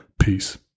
Peace